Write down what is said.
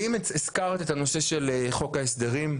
ואם הזכרת את הנושא של חוק ההסדרים,